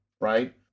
right